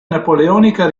napoleonica